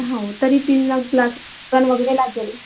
हो तरी तीनला ग्लास पण वगैरे लागेल